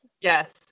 Yes